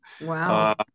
wow